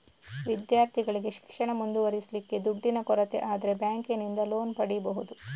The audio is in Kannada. ವಿದ್ಯಾರ್ಥಿಗಳಿಗೆ ಶಿಕ್ಷಣ ಮುಂದುವರಿಸ್ಲಿಕ್ಕೆ ದುಡ್ಡಿನ ಕೊರತೆ ಆದ್ರೆ ಬ್ಯಾಂಕಿನಿಂದ ಲೋನ್ ಪಡೀಬಹುದು